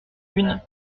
une